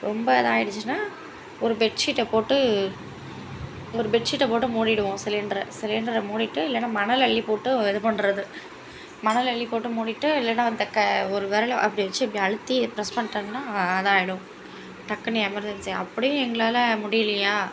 ரொம்ப இதாகிடுச்சுன்னா ஒரு பெட்ஷீட்டை போட்டு ஒரு பெட்ஷீட்டை போட்டு மூடிவிடுவோம் சிலிண்ட்ரை சிலிண்ட்ரை மூடிவிட்டு இல்லைன்னா மணல் அள்ளிப்போட்டு இதுபண்ணுறது மணல் அள்ளிப்போட்டு மூடிவிட்டு இல்லைன்னா அந்த க ஒரு விரல அப்படி வச்சு இப்படி அழுத்தி ப்ரெஸ் பண்ணிவிட்டோம்னா இதாகிடும் டக்குன்னு எமர்ஜென்சி அப்படியும் எங்களால் முடியலையா